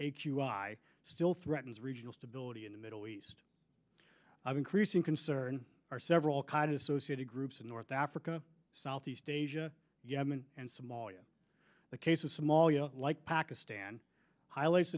i still threatens regional stability in the middle east increasing concern are several cars associated groups in north africa southeast asia yemen and somalia the case of somalia like pakistan highlights